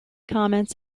comments